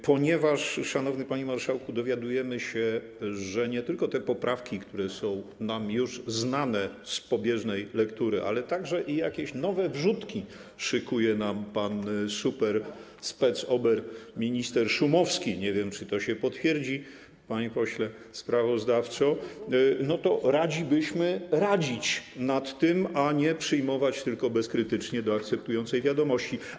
Ponieważ, szanowny panie marszałku, dowiadujemy się, że nie tylko te poprawki, które są nam już znane z pobieżnej lektury, ale także jakieś nowe wrzutki szykuje nam pan superspecoberminister Szumowski, nie wiem, czy to się potwierdzi, panie pośle sprawozdawco, to radzi byśmy radzić nad tym, a nie przyjmować tylko bezkrytycznie do akceptującej wiadomości.